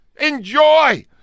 Enjoy